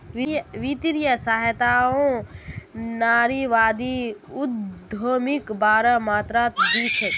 वित्तीय सहायताओ नारीवादी उद्यमिताक बोरो मात्रात दी छेक